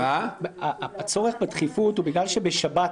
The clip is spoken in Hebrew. הצורך בדחיפות הוא בגלל שבשבת